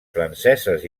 franceses